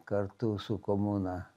kartu su komuna